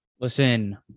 listen